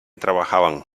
trabajaban